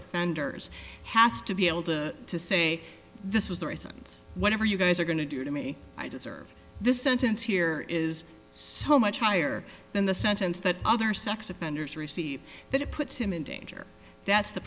offenders has to be able to to say this is the essence whatever you guys are going to do to me i deserve this sentence here is so much higher than the sentence that other sex offenders receive that it puts him in danger that's the